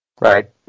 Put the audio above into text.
Right